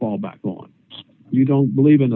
fall back on you don't believe in